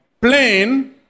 plain